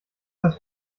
das